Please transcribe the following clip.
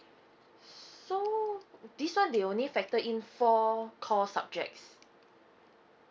so this one they only factor in four core subjects